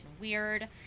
weird